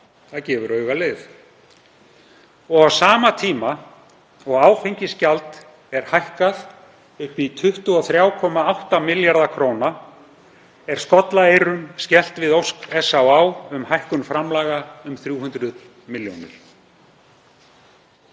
það gefur augaleið. Og á sama tíma og áfengisgjald er hækkað upp í 23,8 milljarða króna er skollaeyrum skellt við ósk SÁÁ um hækkun framlaga um 300 millj. kr.